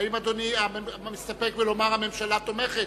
האם אדוני מסתפק בלומר שהממשלה תומכת?